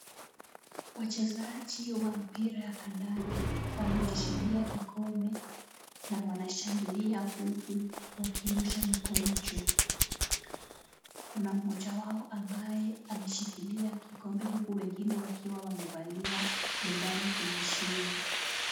Wachezaji wa mpira ya kandanda wamejishindia kikombe na wanashangilia huku wakirusha mikono juu. Kuna mmoja wao ambaye ameshikilia kikombe, huku wengine wakiwa wamevalia medali kwenye shingo.